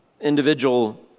individual